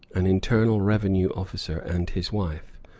an internal revenue officer and his wife,